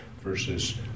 versus